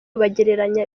bagereranya